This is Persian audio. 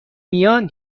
میان